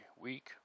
week